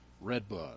redbud